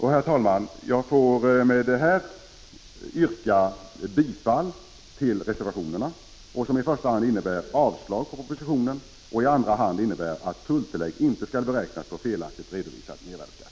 Herr talman! Jag får med detta yrka bifall till reservationerna, som i första hand innebär avslag på propositionen och i andra hand innebär att tulltillägg inte skall beräknas på felaktigt redovisad mervärdeskatt.